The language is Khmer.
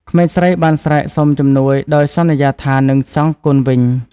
ក្មេងស្រីបានស្រែកសុំជំនួយដោយសន្យាថានឹងសងគុណវិញ។